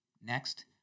Next